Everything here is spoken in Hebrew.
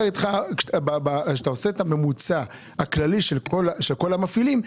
כשאתה עושה את הממוצע הכללי של כל המפעילים,